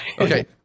Okay